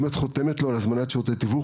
אם את חותמת לו על הזמנת שירותי תיווך